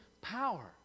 power